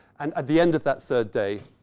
and at the end of that third day,